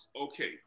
okay